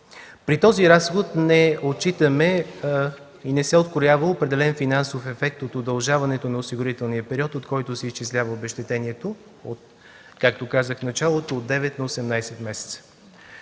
При този разход не се откроява определен финансов ефект от удължаването на осигурителния период, от който се изчислява обезщетението, както казах в началото – от 9 на 18 месеца.